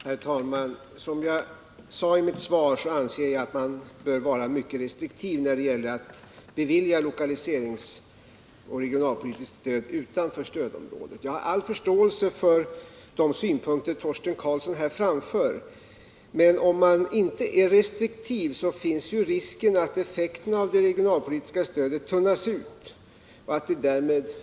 Herr talman! Som jag sade i mitt svar anser jag att man bör vara mycket restriktiv när det gäller att bevilja lokaliseringsoch regionalpolitiskt stöd utanför stödområdet. Jag har all förståelse för de synpunkter som Torsten Karlsson här framför, men om man inte är restriktiv finns ju risken för att effekten av det regionalpolitiska stödet tunnas ut och att dett.o.m.